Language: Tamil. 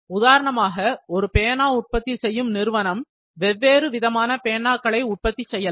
உதாரணமாக ஒரு பேனா உற்பத்தி செய்யும் நிறுவனம் வெவ்வேறு விதமான பேனாக்களை உற்பத்தி செய்யலாம்